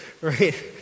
right